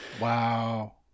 Wow